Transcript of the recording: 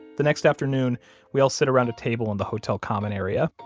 the next afternoon we all sit around a table in the hotel common area.